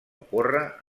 ocórrer